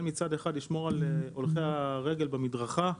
מצד אחד לשמור על הולכי הרגל במדרכה,